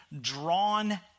drawn